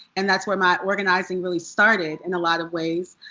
and that's where my organizing really started, in a lot of ways.